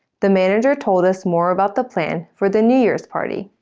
the manager told us more about the plan for the new year's party.